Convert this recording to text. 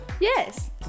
yes